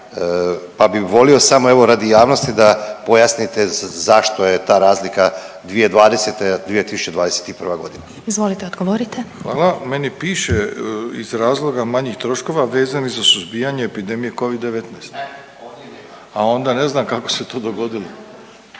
pa bi volio samo evo radi javnosti da pojasnite zašto je ta razlika 2020. 2021. godina. **Glasovac, Sabina (SDP)** Izvolite odgovorite. **Milatić, Ivo** Hvala. Meni piše iz razloga manjih troškova vezanih za suzbijanje epidemije Covid-19, a onda ne znam kako se to dogodilo,